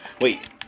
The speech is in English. Wait